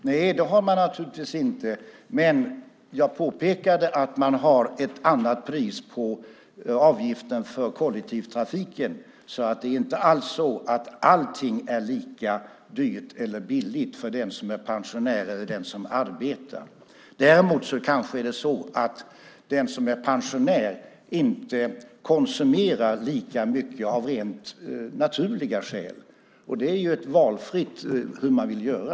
Nej, det har man naturligtvis inte. Men jag påpekade att man har ett annat pris på avgiften för kollektivtrafiken, så det är inte alls så att allting är lika dyrt eller billigt för den som är pensionär och den som arbetar. Däremot är det kanske så att den som är pensionär inte konsumerar lika mycket av rent naturliga skäl. Det är ju valfritt hur man vill göra.